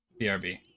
BRB